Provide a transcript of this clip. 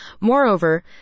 Moreover